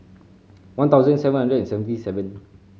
one thousand seven hundred and seventy seven